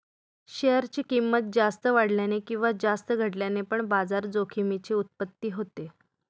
share ची किंमत जास्त वाढल्याने किंवा जास्त घटल्याने पण बाजार जोखमीची उत्पत्ती होते